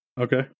Okay